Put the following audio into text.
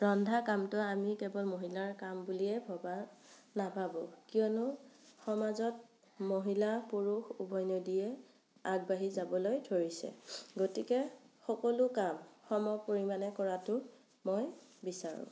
ৰন্ধা কামটো আমি কেৱল মহিলাৰ কাম বুলিয়েই ভবা নাভাবোঁ কিয়নো সমাজত মহিলা পুৰুষ উভৈনদীয়ে আগবাঢ়ি যাবলৈ ধৰিছে গতিকে সকলো কাম সম পৰিমাণে কৰাতো মই বিচাৰোঁ